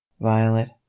violet